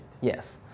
Yes